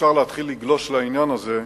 אפשר להתחיל לגלוש לעניין הזה,